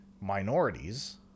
minorities